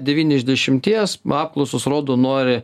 devyni iš dešimties apklausos rodo nori